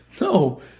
No